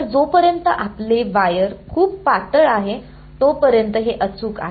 तर जोपर्यंत आपले वायर खूप पातळ आहे तोपर्यंत हे अचूक आहे